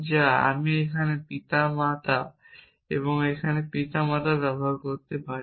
যা আমি এখানে পিতামাতা এখানে পিতামাতা ব্যবহার করতে পারি